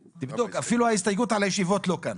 תבדוק, אפילו ההסתייגות על הישיבות לא כאן.